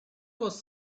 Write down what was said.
was